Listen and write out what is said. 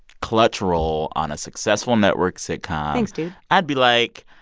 clutch role on a successful network sitcom. thanks, dude i'd be like,